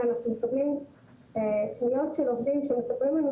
אנחנו מקבלים פניות של עובדים שמתקשרים אלינו,